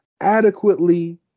adequately